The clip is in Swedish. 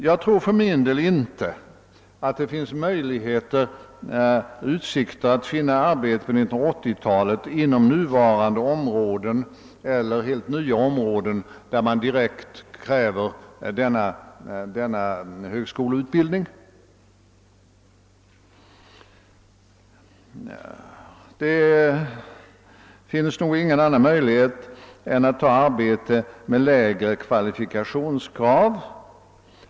Jag tror för min del inte att det finns utsikter att finna arbete på 1980-talet för alia med högskoleutbildning inom nuvarande eller nytillkommande områden, där sådan utbildning direkt kommer att krävas. Det finns nog ingen annan möjlighet för många högskoleutbildade än att då ta arbete med lägre kvalifikationsgrad.